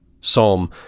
Psalm